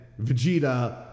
Vegeta